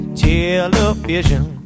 television